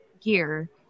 gear